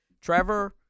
Trevor